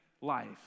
life